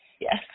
Yes